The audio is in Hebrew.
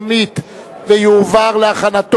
ובכן,